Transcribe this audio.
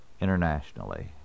internationally